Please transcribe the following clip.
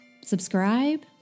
subscribe